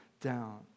down